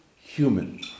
human